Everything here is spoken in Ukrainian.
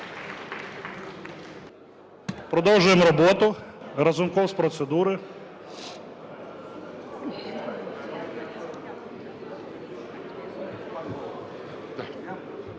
Продовжуємо роботу. Разумков, з процедури.